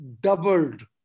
doubled